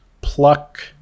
pluck